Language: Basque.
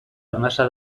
arnasa